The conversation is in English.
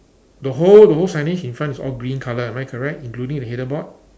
the whole the whole signage in front is all green in colour am I correct including the header board